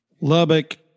lubbock